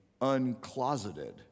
uncloseted